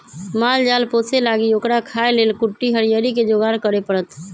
माल जाल पोशे लागी ओकरा खाय् लेल कुट्टी हरियरी कें जोगार करे परत